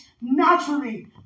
naturally